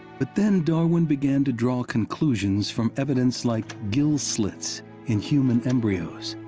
but then darwin began to draw conclusions, from evidence like gill slits in human embryos,